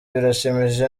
birashimishije